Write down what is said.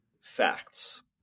facts